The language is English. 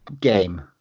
game